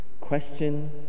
question